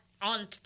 on